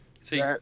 See